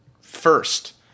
first